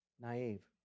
Naive